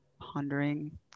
Pondering